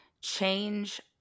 change